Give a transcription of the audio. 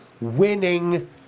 winning